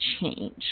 change